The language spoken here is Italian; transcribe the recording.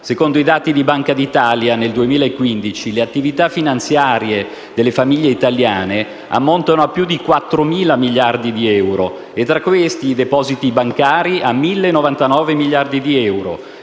Secondo i dati della Banca d'Italia, nel 2015 le attività finanziarie delle famiglie italiane ammontano a più di 4.000 miliardi di euro e tra questi i depositi bancari ammontano a 1.099 miliardi di euro,